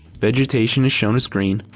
vegetation is shown as green,